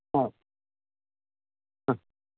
ആ അ